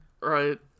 right